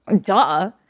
duh